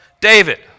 David